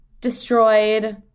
destroyed